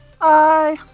Bye